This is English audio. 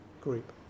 group